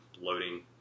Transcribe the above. loading